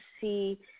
see